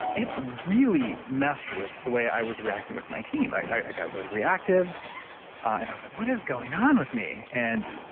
it really messed with the way i was reacting with my team. i got really reactive and i was like, what is going on with me? and,